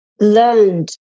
learned